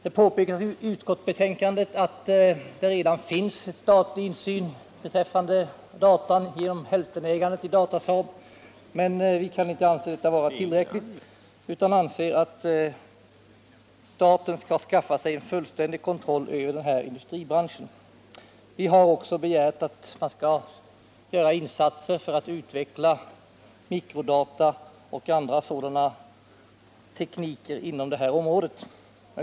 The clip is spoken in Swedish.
Det påpekas i utskottsbetänkandet att det redan finns statlig insyn i dataindustrin genom hälftenägandet i Datasaab. Men vi anser detta vara otillräckligt och menar att staten skall skaffa sig en fullständig kontroll över denna industribransch. Vi har också begärt att man skall göra insatser för att utveckla mikrodatorer och andra liknande teknologier inom detta område.